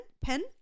pen